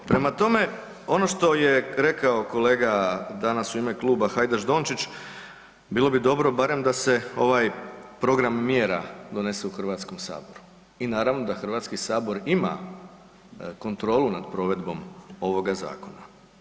Prema tome, ono što je rekao kolega danas u ime kluba, Hajdaš Dončić, bilo bi dobro barem da se ovaj program mjera donese u Hrvatskom saboru i naravno da Hrvatski sabor ima kontrolu nad provedbom ovoga zakona.